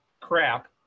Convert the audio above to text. crap